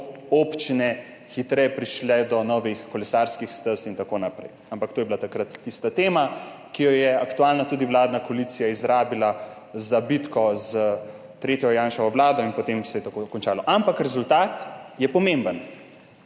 občine hitreje prišle do novih kolesarskih stez in tako naprej. Ampak to je bila takrat tista tema, ki jo je aktualna vladna koalicija izrabila za bitko s tretjo Janševo vlado, in potem se je tako končalo. Ampak rezultat je pomemben.